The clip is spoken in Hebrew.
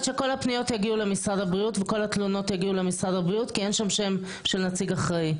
התלונות יגיעו למשרד הבריאות כי אין שם שם של נציג אחראי.